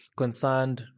concerned